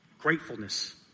gratefulness